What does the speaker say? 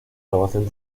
grabación